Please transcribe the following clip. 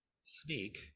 sneak